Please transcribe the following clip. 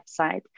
website